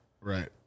right